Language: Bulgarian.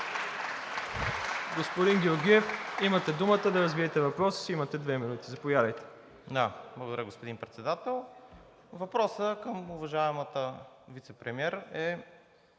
Господин Георгиев, имате думата, за да развиете въпроса си – имате две минути. АНГЕЛ ГЕОРГИЕВ: Благодаря, господин Председател. Въпросът към уважаемата вицепремиер е